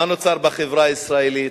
מה נוצר בחברה הישראלית?